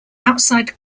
outside